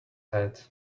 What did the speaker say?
head